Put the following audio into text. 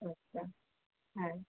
আচ্ছা হ্যাঁ